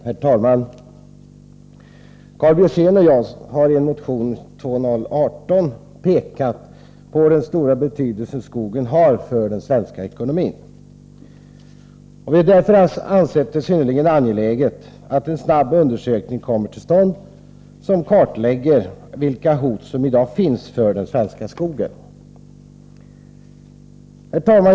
Herr talman! Karl Björzén och jag har i motion 2018 pekat på den stora betydelse skogen har för den svenska ekonomin. Vi har därför ansett att det är synnerligen angeläget att en snabb undersökning kommer till stånd som kartlägger vilka hot som i dag finns för den svenska skogen. Herr talman!